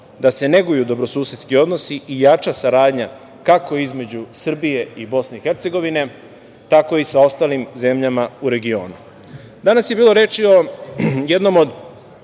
da se neguju dobrosusedski odnosi i jača saradnja, kako između Srbije i BiH, tako i sa ostalim zemljama u regionu. Danas je bilo reči o jednom od